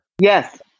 Yes